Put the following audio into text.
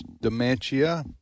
dementia